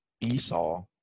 Esau